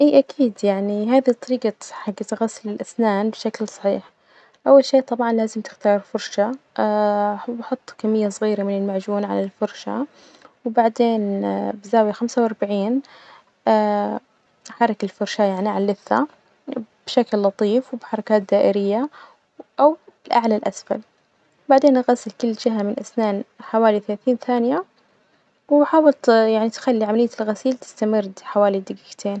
إيه أكيد يعني هذي طريجة حجت غسل الأسنان بشكل صحيح، أول شي طبعا لازم تختاروا الفرشاة بحط كمية صغيرة من المعجون على الفرشاة، وبعدين بزاوية خمسة وأربعين أحرك الفرشاة يعني عاللثة بشكل لطيف وبحركات دائرية أو لأعلى لأسفل، وبعدين أغسل كل جهة من الأسنان حوالي ثلاثين ثانية، وحاول ت- يعني تخلي عملية الغسيل تستمر حوالي دجيجتين.